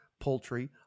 poultry